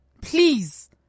Please